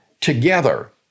together